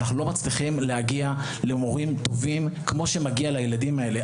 אנחנו לא מצליחים להגיע למורים טובים כמו שמגיע לילדים האלה.